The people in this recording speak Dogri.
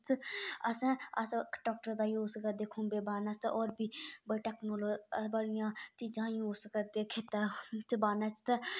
अस अस असें ट्रैक्टर दा यूज करदे खुमबे बाह्ने आस्तै होर बी बड़ी टेक्नोलाजी अस बड़ियां चीजां यूज करने खेतरे च बाह्ने आस्तै